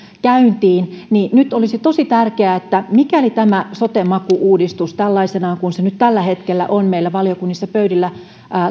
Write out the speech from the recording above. käyntiin niin nyt olisi tosi tärkeää että mikäli tämä sote maku uudistus tällaisenaan kuin se nyt tällä hetkellä on meillä valiokunnissa pöydillä